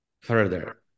further